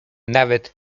nawet